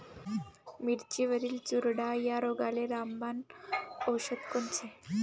मिरचीवरील चुरडा या रोगाले रामबाण औषध कोनचे?